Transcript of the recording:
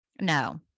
no